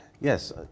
Yes